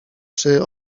czy